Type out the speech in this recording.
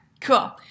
cool